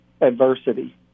adversity